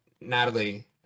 Natalie